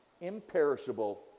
imperishable